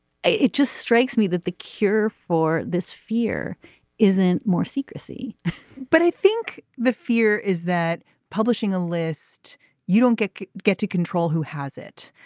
it it just strikes me that the cure for this fear isn't more secrecy but i think the fear is that publishing a list you don't get get to control who has it.